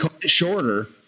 shorter